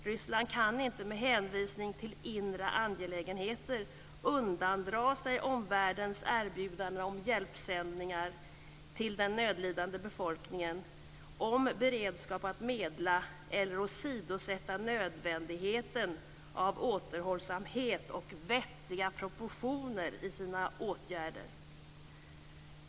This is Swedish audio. Ryssland kan inte med hänvisning till "inre angelägenheter" undandra sig omvärldens erbjudande om hjälpsändningar till den nödlidande befolkningen och om beredskap att medla eller åsidosätta nödvändigheten av återhållsamhet och vettiga proportioner i sina åtgärder.